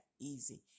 easy